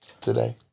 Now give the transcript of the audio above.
Today